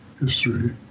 history